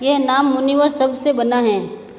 यह नाम मुनिवर शब्द से बना है